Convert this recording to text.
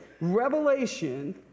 Revelation